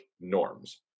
norms